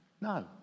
no